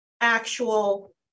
actual